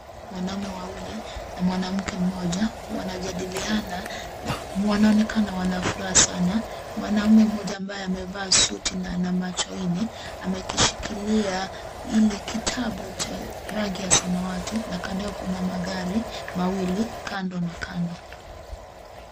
Wanaume wawili na mwanamke mmoja wanajadiliana na wanaonekana wana furaha sana. Mwanaume mmoja ambaye amevaa suti na ana macho nne amekishikilia ile kitabu cha rangi ya samawati na kando yao kuna magari mawili kando na kando.